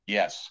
Yes